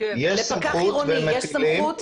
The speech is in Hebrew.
לפקח עירוני יש סמכות?